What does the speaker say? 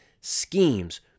schemes